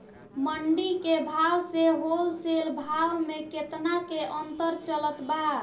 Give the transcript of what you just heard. मंडी के भाव से होलसेल भाव मे केतना के अंतर चलत बा?